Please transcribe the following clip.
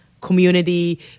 community